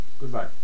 Goodbye